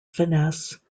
finesse